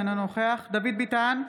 אינו נוכח דוד ביטן,